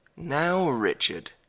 now richard,